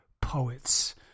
poets